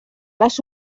les